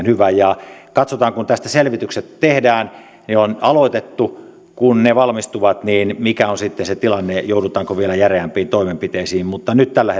hyvä katsotaan kun tästä selvitykset tehdään ne on aloitettu ja kun ne valmistuvat että mikä on sitten se tilanne joudutaanko vielä järeämpiin toimenpiteisiin mutta nyt tällä